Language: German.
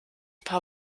paar